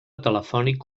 telefònic